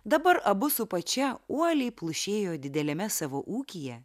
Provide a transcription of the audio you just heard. dabar abu su pačia uoliai plušėjo dideliame savo ūkyje